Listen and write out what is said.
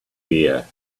fear